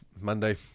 Monday